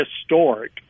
historic